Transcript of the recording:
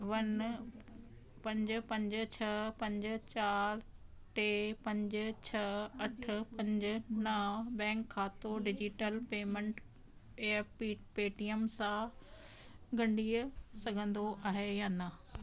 one पंज पंज छह पंज चारि ते पंज छह अठ पंज नव बैंक खातो digital payment A P Paytm सां गंढीअ सघंदो आहे या न